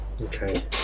Okay